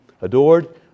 adored